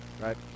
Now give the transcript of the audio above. right